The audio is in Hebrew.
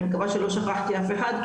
אני מקווה שלא שכחתי אף אחד,